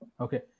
Okay